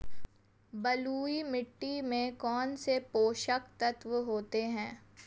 बलुई मिट्टी में कौनसे पोषक तत्व होते हैं?